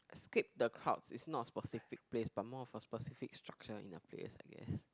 escape the crowds is not a specific place but more of a specific structure in a place I guess